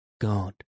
God